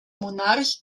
monarch